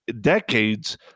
decades